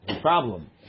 problem